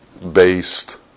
Based